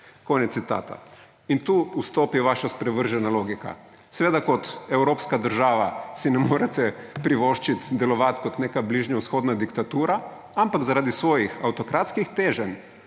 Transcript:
račun države.« In tukaj vstopi vaša sprevržena logika. Seveda, kot evropska država si ne morete privoščiti, delovati kot neka bližnjevzhodna diktatura, ampak zaradi svojih avtokratskih teženj